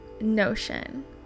notion